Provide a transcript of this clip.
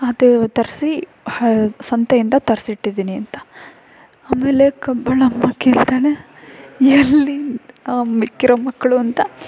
ಅದು ತರಿಸಿ ಸಂತೆಯಿಂದ ತರಿಸಿಟ್ಟಿದ್ದೀನಿ ಅಂತ ಆಮೇಲೆ ಕಬ್ಬಾಳಮ್ಮ ಕೇಳ್ತಾಳೆ ಎಲ್ಲಿ ಮಿಕ್ಕಿರೋ ಮಕ್ಕಳು ಅಂತ